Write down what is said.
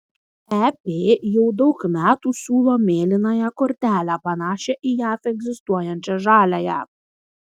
ep jau daug metų siūlo mėlynąją kortelę panašią į jav egzistuojančią žaliąją